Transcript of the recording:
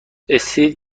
استیو